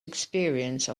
experience